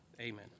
Amen